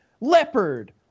leopard